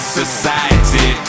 society